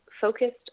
focused